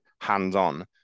hands-on